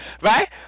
Right